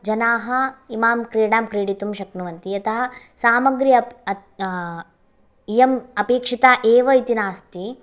जनाः इमां क्रीडां क्रीडितुं शक्नुवन्ति यतः सामग्री अप् अप् इयम् अपेक्षिता एव इति नास्ति